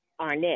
Arnett